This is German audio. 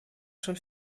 schon